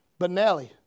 Benelli